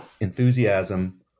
enthusiasm